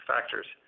Factors